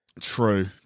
True